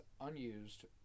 unused